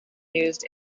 used